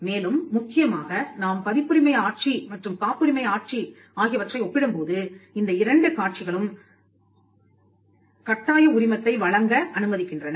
மேலும் முக்கியமாக நாம் பதிப்புரிமை ஆட்சி மற்றும் காப்புரிமை ஆட்சி ஆகியவற்றை ஒப்பிடும்போது இந்த இரண்டு காட்சிகளும் கட்டாய உரிமத்தை வழங்க அனுமதிக்கின்றன